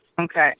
Okay